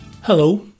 Hello